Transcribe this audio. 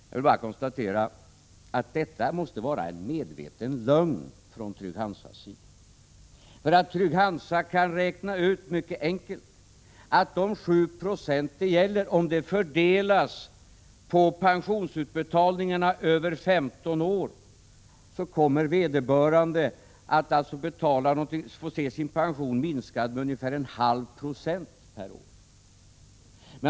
Jag vill bara konstatera att detta måste vara en medveten lögn från Trygg-Hansas sida. Trygg-Hansa kan nämligen mycket enkelt räkna ut att om de 7 90 det gäller fördelas på pensionsutbetalningarna över 15 år, kommer vederbörande att alltså få se sin pension minskad med ungefär 0,5 96 per år.